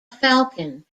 falcon